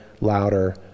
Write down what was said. louder